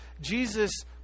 Jesus